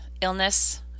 illness